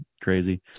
crazy